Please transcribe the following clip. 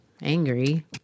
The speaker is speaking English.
angry